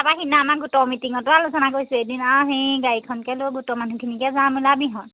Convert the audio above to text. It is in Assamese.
তাৰপৰা সেইদিনা আমাৰ গোটৰ মিটিঙতো আলোচনা কৰিছোঁ এদিন আৰু হেৰি গাড়ীখন লৈ পেলাই গোটৰ মানুহখিনিকে যাম ওলাবিহঁত